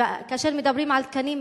וכאשר מדברים על תקנים,